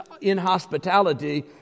inhospitality